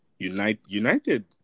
United